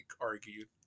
argued